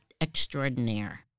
Extraordinaire